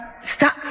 Stop